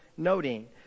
Noting